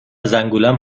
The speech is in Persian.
زنگولم